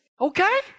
okay